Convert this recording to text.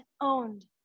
owned